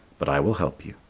but i will help you.